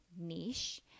niche